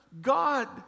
God